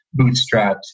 bootstrapped